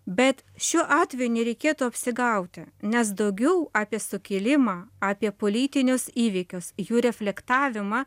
bet šiuo atveju nereikėtų apsigauti nes daugiau apie sukilimą apie politinius įvykius jų reflektavimą